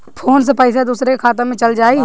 Phone से पईसा दूसरे के खाता में चल जाई?